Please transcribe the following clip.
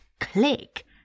click